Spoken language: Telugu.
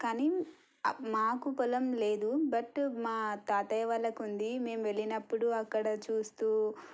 కానీ మాకు పొలం లేదు బట్ మా తాతయ్య వాళ్ళకి ఉంది మేము వెళ్ళినప్పుడు అక్కడ చూస్తూ